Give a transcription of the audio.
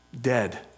dead